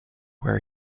where